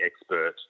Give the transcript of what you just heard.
expert